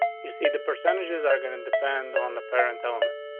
you see, the percentages are going to depend on the parent element.